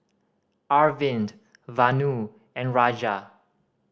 Arvind Vanu and Raja